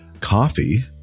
coffee